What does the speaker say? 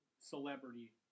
celebrity